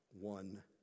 one